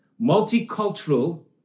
multicultural